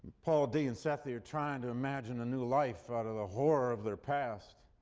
paul d and sethe are trying to imagine a new life out of the horror of their past,